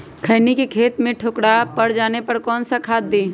खैनी के खेत में ठोकरा पर जाने पर कौन सा खाद दी?